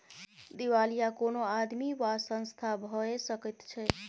दिवालिया कोनो आदमी वा संस्था भए सकैत छै